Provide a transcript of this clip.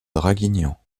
draguignan